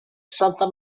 santa